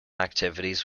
activities